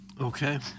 Okay